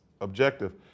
Objective